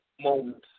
moments